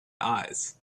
eyes